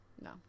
no